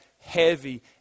heavy